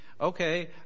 okay